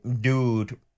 dude